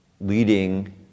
leading